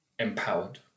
empowered